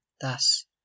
thus